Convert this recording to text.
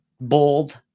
Bold